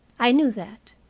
i knew that.